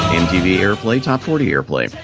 mtv airplay top forty airplay.